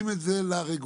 להתאים את זה לרגולציה,